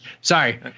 Sorry